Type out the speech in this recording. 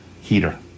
heater